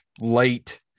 late